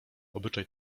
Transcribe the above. obyczaj